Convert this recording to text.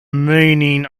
meaning